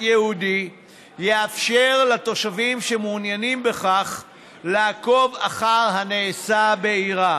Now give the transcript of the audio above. ייעודי יאפשרו לתושבים שמעוניינים בכך לעקוב אחר הנעשה בעירם.